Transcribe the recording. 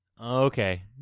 Okay